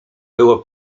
było